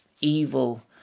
evil